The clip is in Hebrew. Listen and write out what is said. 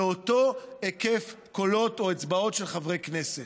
באותו היקף קולות או אצבעות של חברי כנסת.